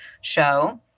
show